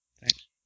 Thanks